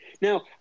Now